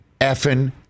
effing